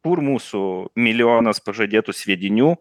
kur mūsų milijonas pažadėtų sviedinių